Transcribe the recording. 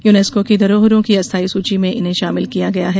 UNESCO की धरोहरों की अस्थायी सूची में इन्हें शामिल किया गया है